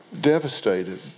devastated